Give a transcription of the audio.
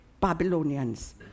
Babylonians